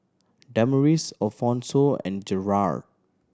Damaris Alphonso and Jerald